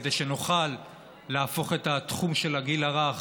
כדי שנוכל להפוך את תחום הגיל הרך